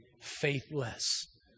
faithless